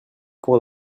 point